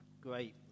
Great